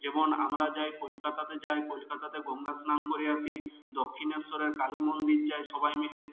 যেমন আমরা যাই কলকাতাতে যাই কলকাতাতে গঙ্গা স্নান করে আসি দক্ষিণেশ্বরের কালী মন্দির যাই সবাই মিলে